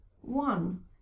One